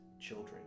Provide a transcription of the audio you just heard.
children